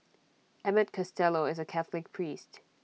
Emmett Costello is A Catholic priest